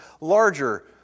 larger